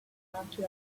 country